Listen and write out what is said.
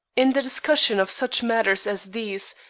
in the discussion of such matters as these,